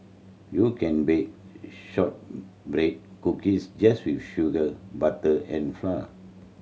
you can bake shortbread cookies just with sugar butter and flour